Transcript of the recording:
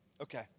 Okay